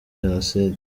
jenoside